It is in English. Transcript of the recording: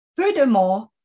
Furthermore